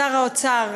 שר האוצר,